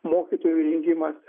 mokytojų rengimas